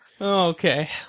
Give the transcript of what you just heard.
Okay